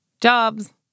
jobs